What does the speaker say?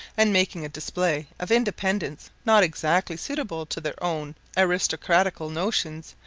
and making a display of independence not exactly suitable to their own aristocratical notions,